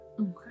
Okay